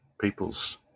People's